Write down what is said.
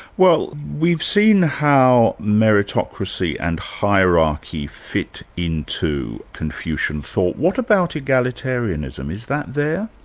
well we've seen how meritocracy and hierarchy fit into confucian thought what about egalitarianism, is that there?